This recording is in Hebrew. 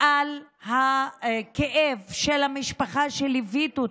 על הכאב של המשפחה שליווית,